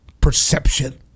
perception